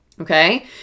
Okay